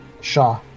Shaw